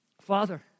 Father